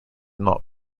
not